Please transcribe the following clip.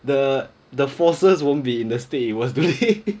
the the forces won't be in the state it was doing